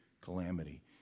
calamity